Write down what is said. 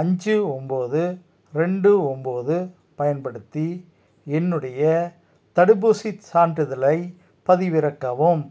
அஞ்சு ஒம்பது ரெண்டு ஒம்பது பயன்படுத்தி என்னுடைய தடுப்பூசிச் சான்றிதழைப் பதிவிறக்கவும்